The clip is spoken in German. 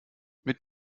mit